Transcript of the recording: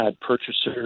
purchasers